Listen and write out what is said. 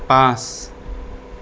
পাঁচ